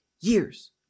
years